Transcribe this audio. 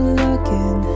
looking